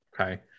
okay